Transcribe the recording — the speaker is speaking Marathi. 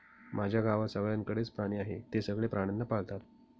माझ्या गावात सगळ्यांकडे च प्राणी आहे, ते सगळे प्राण्यांना पाळतात